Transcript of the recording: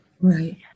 Right